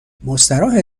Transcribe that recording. مستراحه